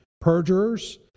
perjurers